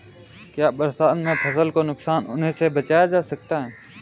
क्या बरसात में फसल को नुकसान होने से बचाया जा सकता है?